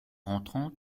rentrant